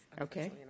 Okay